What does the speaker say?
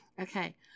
okay